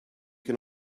can